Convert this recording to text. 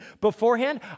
beforehand